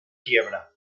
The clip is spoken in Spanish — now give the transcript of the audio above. quiebra